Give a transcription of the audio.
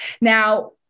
Now